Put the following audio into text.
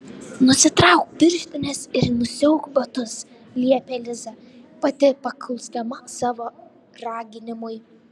nusitrauk pirštines ir nusiauk batus liepė liza pati paklusdama savo raginimui